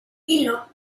hilo